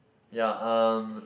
yea um